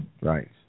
Right